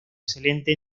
excelente